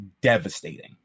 devastating